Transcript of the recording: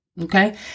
okay